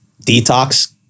detox